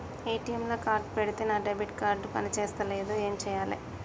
ATM లా card పెడితే నా డెబిట్ కార్డ్ పని చేస్తలేదు ఏం చేయాలే?